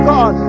God